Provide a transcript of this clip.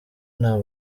nta